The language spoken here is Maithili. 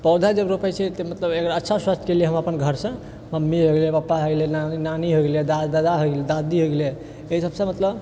पौधा जब रोपै छियै तऽ मतलब एकरा अच्छा स्वास्थ्यके लिए हम अपन घरसँ मम्मी हो गेलै पापा हो गेलै नानी होय गेलै दादा होय गेलै दादी होय गेलै अइ सबसँ मतलब